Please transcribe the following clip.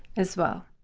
as well.